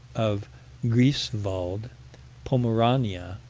of griefswald, pomerania,